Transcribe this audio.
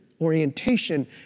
orientation